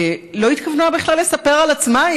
לא התכוונה בכלל לספר על עצמה.